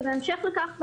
ובהמשך לכך,